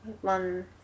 one